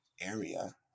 area